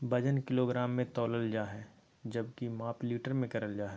वजन किलोग्राम मे तौलल जा हय जबकि माप लीटर मे करल जा हय